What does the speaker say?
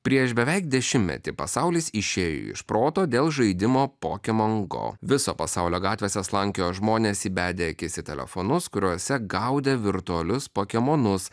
prieš beveik dešimtmetį pasaulis išėjo iš proto dėl žaidimo pokemon go viso pasaulio gatvėse slankiojo žmonės įbedę akis į telefonus kuriuose gaudė virtualius pokemonus